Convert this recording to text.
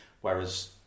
Whereas